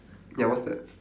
ya what's that